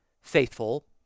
faithful